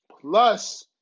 plus